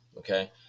Okay